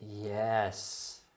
Yes